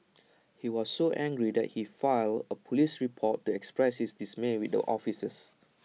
he was so angry that he filed A Police report to express his dismay with the officers